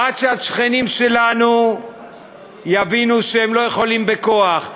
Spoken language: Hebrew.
עד שהשכנים שלנו יבינו שהם לא יכולים בכוח,